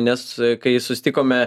nes kai susitikome